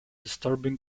disturbing